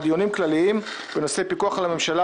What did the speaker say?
דיונים כלליים בנושאי פיקוח על הממשלה,